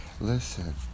Listen